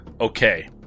Okay